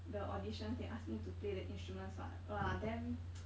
the auditions they ask me to play the instruments [what] !wah! damn